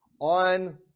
on